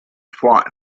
fought